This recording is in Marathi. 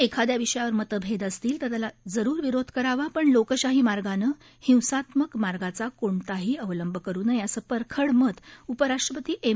एखाद्या विषयावर मतभेद असतील तर त्याला जरूर विरोध करावा पण लोकशाही मार्गानं हिंसात्मक मार्गाचा कोणीही अवलंब करू नये असं परखड मत उपराष्ट्रपती एम